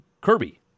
Kirby